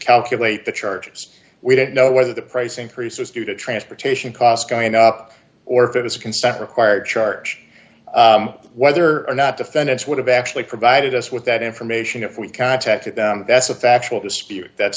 calculate the charges we don't know whether the price increase was due to transportation costs going up or if it is a consent required charge whether or not defendants would have actually provided us with that information if we contacted them that's a factual dispute that